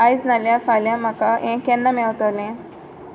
आयज नाल्यार फाल्यां म्हाका हे केन्ना मेवतोलें